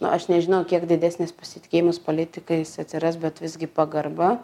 nu aš nežinau kiek didesnis pasitikėjimas politikais atsiras bet visgi pagarba